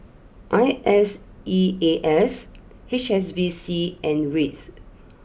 I S E A S H S B C and wits